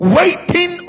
Waiting